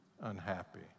unhappy